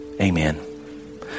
Amen